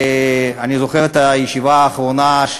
אני זוכר את הישיבה האחרונה,